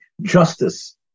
justice